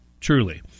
truly